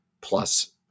plus